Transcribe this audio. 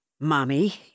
Mommy